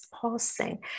pulsing